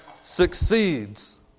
succeeds